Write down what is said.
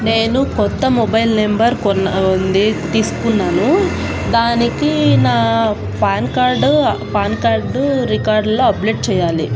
నేను క్రొత్త mobile number కొన్న ఉంది తీసుకున్నాను దానికి నా పాన్ కార్డు పాన్ కార్డ్ రికార్డులో అప్డేట్ చేయాలి